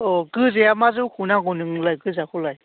औ गोजाया मा जौखौ नांगौ नोंनोलाय गोजाखौलाय